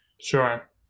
Sure